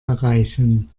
erreichen